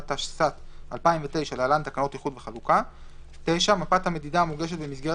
התשס"ט 2009 (להלן תקנות איחוד וחלוקה); (9)מפת המדידה המוגשת במסגרת